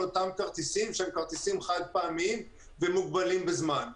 אותם כרטיסים חד פעמיים ומוגבלים בזמן.